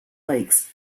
lakes